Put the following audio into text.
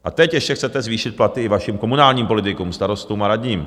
A teď ještě chcete zvýšit platy i vašim komunálním politikům, starostům a radním.